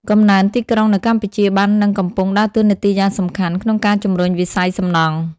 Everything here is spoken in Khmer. កំណើនទីក្រុងនៅកម្ពុជាបាននិងកំពុងដើរតួនាទីយ៉ាងសំខាន់ក្នុងការជំរុញវិស័យសំណង់។